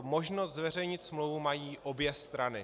Možnost zveřejnit smlouvu mají obě strany.